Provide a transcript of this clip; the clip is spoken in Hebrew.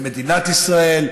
למדינת ישראל.